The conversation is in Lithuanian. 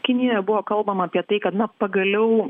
kinijoje buvo kalbama apie tai kad na pagaliau